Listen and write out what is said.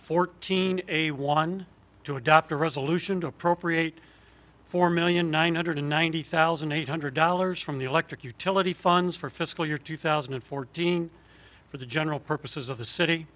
fourteen a one to adopt a resolution to appropriate four million nine hundred ninety thousand eight hundred dollars from the electric utility funds for fiscal year two thousand and fourteen for the general purposes of the city